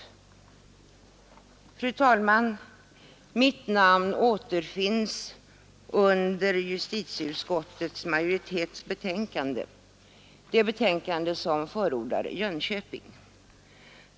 Fru talman! Mitt namn återfinnes under justitieutskottets majoritetsförslag, ett förslag som förordar Jönköping.